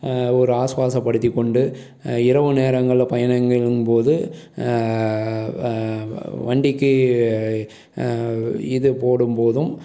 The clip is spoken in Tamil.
ஒரு ஆசுவாசப்படுத்திக்கொண்டு இரவு நேரங்களில் பயணங்களின் போது வண்டிக்கு இது போடும்போதும்